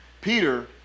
Peter